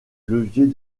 levier